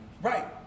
right